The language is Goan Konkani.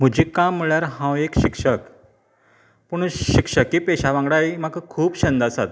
म्हजें काम म्हळ्यार हांव एक शिक्षक पूण शिक्षकी पेशा वांगडाय म्हाका खूब छंद आसात